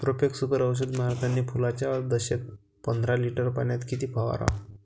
Profex Super औषध मारतानी फुलाच्या दशेत पंदरा लिटर पाण्यात किती फवाराव?